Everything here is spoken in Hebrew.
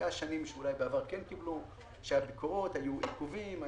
היו שנים שאולי כן קיבלו, שהיו ביקורות, עיכובים,